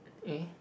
eh